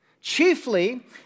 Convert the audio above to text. Chiefly